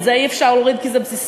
את זה אי-אפשר להוריד כי זה בסיסי,